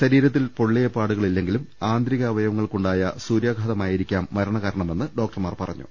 ശരീരത്തിൽ പൊള്ളിയ പാടുകളില്ലെങ്കിലും ആന്തരീകാവ യവങ്ങൾക്കുണ്ടായ സൂര്യാഘാതമായിരിക്കാം മരണകാരണമെന്ന് ഡോക്ടർമാർ പറഞ്ഞു